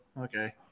Okay